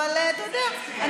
אבל אתה יודע,